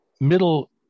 middle